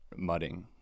mudding